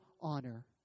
honor